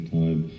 time